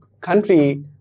country